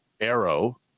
Arrow